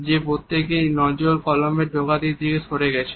যে প্রত্যেকের নজর কলমের ডগাটির দিকে সরে গেছে